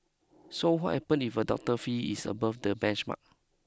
so what happens if a doctor's fee is above the benchmark